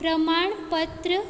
प्रमाणपत्र